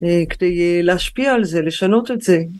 כדי להשפיע על זה, לשנות את זה